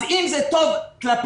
אז אם זה טוב כלפיהם,